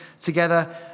together